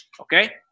Okay